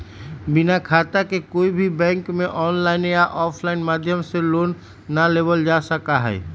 बिना खाता के कोई भी बैंक में आनलाइन या आफलाइन माध्यम से लोन ना लेबल जा सका हई